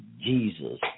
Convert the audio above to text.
Jesus